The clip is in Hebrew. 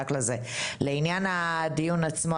לעניין הדיון עצמו,